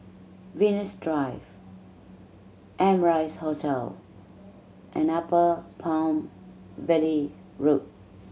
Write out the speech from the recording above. Venus Drive Amrise Hotel and Upper Palm Valley Road